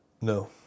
No